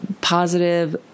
positive